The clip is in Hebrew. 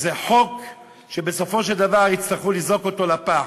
שזה חוק שבסופו של דבר יצטרכו לזרוק אותו לפח.